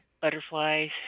butterflies